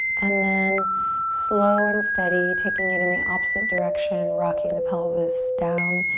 and then slow and steady, taking it in the opposite direction rocking the pelvis down,